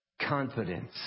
confidence